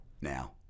now